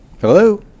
hello